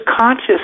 conscious